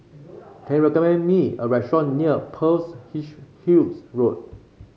can you recommend me a restaurant near Pearl's Hills Road